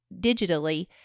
digitally